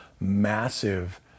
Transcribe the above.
Massive